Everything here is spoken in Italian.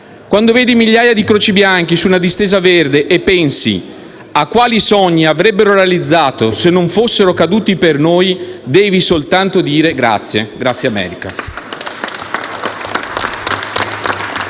Quando vedi migliaia di croci bianche su una distesa verde e pensi a quali sogni avrebbero realizzato se non fossero caduti per noi devi soltanto dire grazie. Grazie, America!